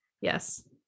yes